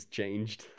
changed